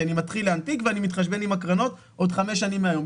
כי אני מתחיל להנפיק ואני מתחשבן עם הקרנות בעוד חמש שנים מהיום.